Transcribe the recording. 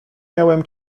miałem